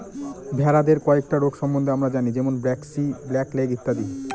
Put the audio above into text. ভেড়াদের কয়েকটা রোগ সম্বন্ধে আমরা জানি যেমন ব্র্যাক্সি, ব্ল্যাক লেগ ইত্যাদি